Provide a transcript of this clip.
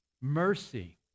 mercy